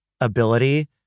ability